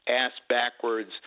ass-backwards